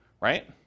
right